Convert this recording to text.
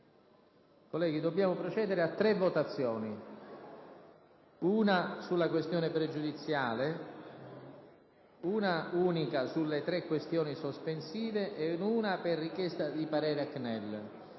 Colleghi, dobbiamo procedere a tre votazioni: una sulle questioni pregiudiziali, una sulle tre questioni sospensive e una per la richiesta di parere al CNEL.